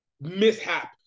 mishap